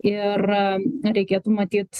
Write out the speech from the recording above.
ir nereikėtų matyt